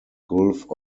gulf